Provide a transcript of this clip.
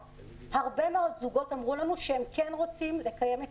הרבה מאוד זוגות אמרו לנו שהם כן רוצים לקיים את